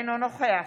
אינו נוכח